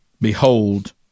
Behold